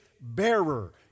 bearer